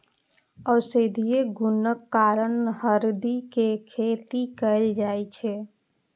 औषधीय गुणक कारण हरदि के खेती कैल जाइ छै